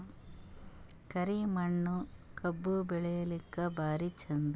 ಕರಿ ಮಣ್ಣು ಕಬ್ಬು ಬೆಳಿಲ್ಲಾಕ ಭಾರಿ ಚಂದ?